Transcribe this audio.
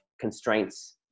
constraints